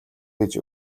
гэж